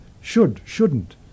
should-shouldn't